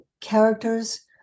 characters